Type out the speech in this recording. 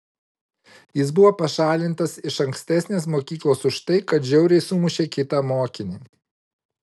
jis buvo pašalintas iš ankstesnės mokyklos už tai kad žiauriai sumušė kitą mokinį